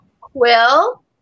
Quill